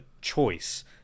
choice